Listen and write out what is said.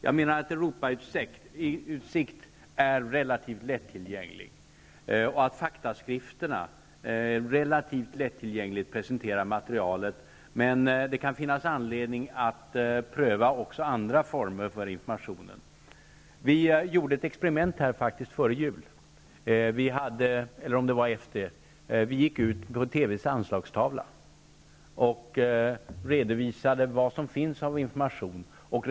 Jag menar att Europautsikt och faktaskrifterna relativt lättillgängligt presenterar materialet, men det kan finnas anledning att pröva också andra former för informationen. Vi gjorde ett experiment vid jultiden, då vi gick ut via TV:s Anslagstavlan och redovisade vilken information som finns.